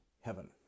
heaven